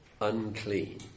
unclean